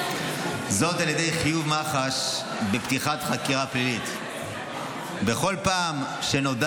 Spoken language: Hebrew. -- זאת על ידי חיוב מח"ש בפתיחת חקירה פלילית בכל פעם שנודע